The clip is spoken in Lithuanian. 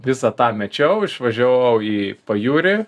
visą tą mečiau išvažiavau į pajūrį